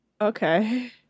okay